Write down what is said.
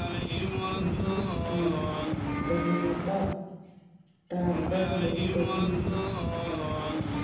jute की तन्यता ताकत बहुत अधिक है